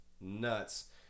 nuts